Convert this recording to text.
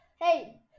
Hey